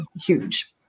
huge